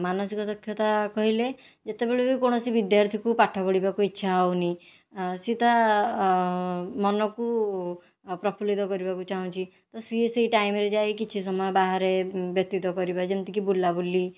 ମାନସିକ ଦକ୍ଷତା କହିଲେ ଯେତେବେଳେ ବି କୌଣସି ବିଦ୍ୟାର୍ଥୀକୁ ପାଠ ପଢ଼ିବାକୁ ଇଚ୍ଛା ହେଉନି ସିଏ ତା ମନକୁ ପ୍ରଫୁଲ୍ଲିତ କରିବାକୁ ଚାହୁଁଛି ତ ସିଏ ସେହି ଟାଇମ୍ରେ ଯାଇ କିଛି ସମୟ ବାହାରେ ବ୍ୟତୀତ କରିବ ଯେମିତି କି ବୁଲାବୁଲି